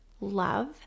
love